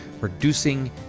reducing